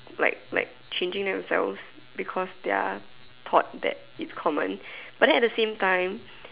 like like changing them with veils because they are taught that it's common but then at the same time